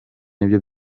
nibyo